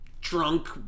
drunk